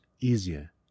easier